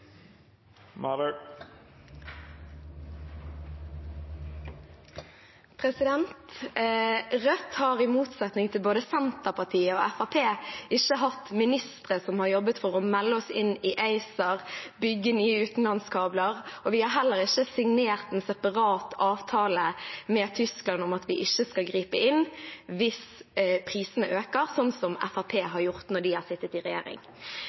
kr. Rødt har i motsetning til både Senterpartiet og Fremskrittspartiet ikke hatt ministre som har jobbet for å melde oss inn i ACER, bygge nye utenlandskabler, og vi har heller ikke signert en separat avtale med Tyskland om at vi ikke skal gripe inn hvis prisene øker, sånn som Fremskrittspartiet har gjort når de har sittet i regjering.